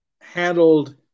handled